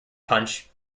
punch